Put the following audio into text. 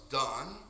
done